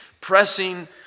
pressing